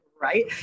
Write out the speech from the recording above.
Right